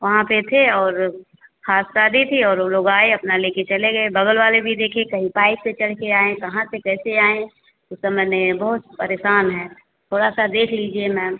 वहाँ पर थे और खास शादी थी और वो लोग आए अपना लेकर चले गए बगल वाले भी देखे कहीं पाइप से चढ़ कर आए कहाँ से कैसे आए हैं कुछ समझ नहीं है बहुत परेशान हैं थोड़ा सा देख लीजिए मैम